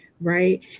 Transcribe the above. right